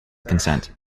consent